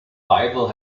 bible